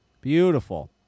Beautiful